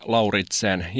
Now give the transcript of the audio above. Lauritsen